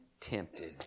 tempted